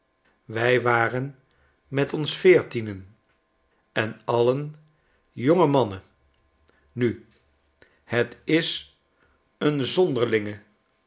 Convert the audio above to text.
wij waren met ons veertienen en alien jonge mannen nu het is een zonderlinge